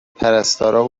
پرستاران